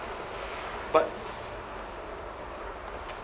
but